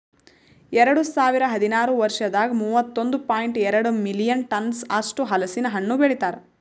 ಎರಡು ಸಾವಿರ ಹದಿನಾರು ವರ್ಷದಾಗ್ ಮೂವತ್ತೊಂದು ಪಾಯಿಂಟ್ ಎರಡ್ ಮಿಲಿಯನ್ ಟನ್ಸ್ ಅಷ್ಟು ಹಲಸಿನ ಹಣ್ಣು ಬೆಳಿತಾರ್